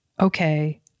Okay